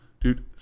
dude